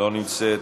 אינה נוכחת,